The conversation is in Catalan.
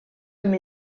amb